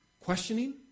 Questioning